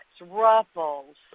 ruffles